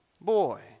boy